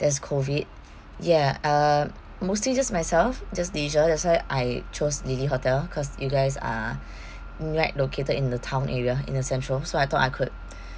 there's COVID ya uh mostly just myself just leisure that's why I chose lily hotel cause you guys are right located in the town area in the central so I thought I could